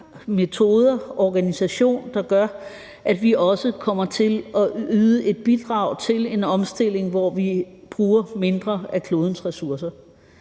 metoder og organisation, der gør, at vi også kommer til at yde et bidrag til en omstilling, hvor vi bruger mindre af klodens ressourcer.